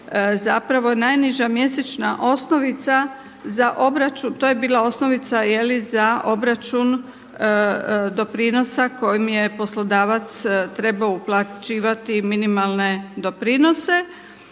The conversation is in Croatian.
za obračun, to je bila osnovica za obračun doprinosa kojim je poslodavac trebao uplaćivati minimalne doprinose.